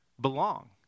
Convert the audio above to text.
belong